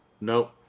Nope